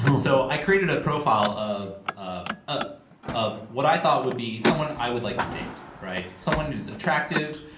so i created a profile of ah ah of what i thought would be someone i would like to date, right? someone who is attractive.